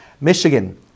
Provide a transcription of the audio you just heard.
Michigan